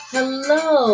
Hello